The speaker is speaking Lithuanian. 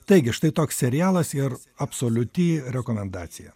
taigi štai toks serialas ir absoliuti rekomendacija